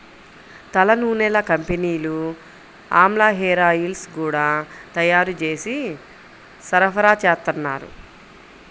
తలనూనెల కంపెనీలు ఆమ్లా హేరాయిల్స్ గూడా తయ్యారు జేసి సరఫరాచేత్తన్నారు